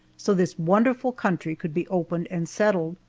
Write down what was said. so this wonderful country could be opened and settled,